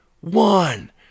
one